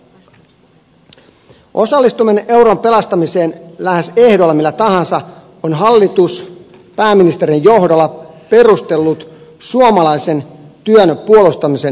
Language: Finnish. osallistumista euron pelastamiseen lähes ehdolla millä tahansa on hallitus pääministerin johdolla perustellut suomalaisen työn puolustamisen tärkeydellä